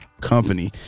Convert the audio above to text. Company